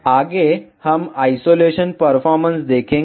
आगे हम isolation performance देखेंगे